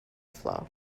flow